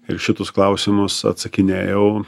ir šitus klausimus atsakinėjau